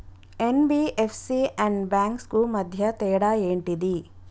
NBFC and banks కు మధ్య తేడా ఏంటిది?